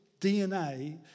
DNA